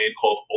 called